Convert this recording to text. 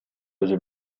өзү